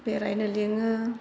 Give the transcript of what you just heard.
बेरायनो लिङो